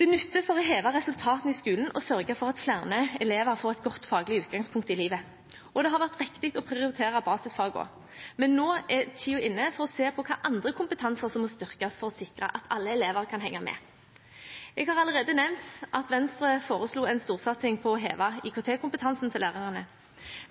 Det nytter for å heve resultatene i skolen og sørge for at flere elever får et godt faglig utgangspunkt i livet. Og det har vært riktig å prioritere basisfagene. Men nå er tiden inne for å se på hvilke andre kompetanser som må styrkes for å sikre at alle elever kan henge med. Jeg har allerede nevnt at Venstre foreslo en storsatsing på å heve IKT-kompetansen blant lærerne.